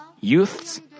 youths